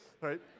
right